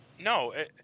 No